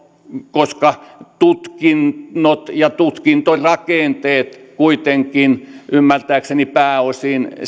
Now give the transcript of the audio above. koska tutkinnot ja tutkintorakenteet kuitenkin ymmärtääkseni pääosin